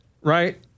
Right